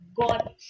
God